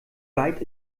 weit